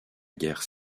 guerre